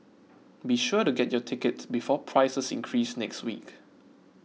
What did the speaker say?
be sure to get your tickets before prices increase next week